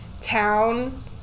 town